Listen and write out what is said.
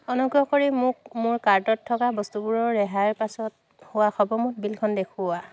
অনুগ্ৰহ কৰি মোক মোৰ কাৰ্টত থকা বস্তুবোৰৰ ৰেহাইৰ পাছত হোৱা সৰ্বমুঠ বিলখন দেখুওৱা